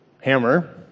hammer